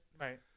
Right